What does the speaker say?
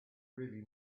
really